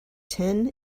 ten